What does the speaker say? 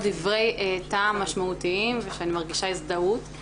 דברי טעם משמעותיים ושאני מרגישה הזדהות.